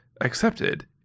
accepted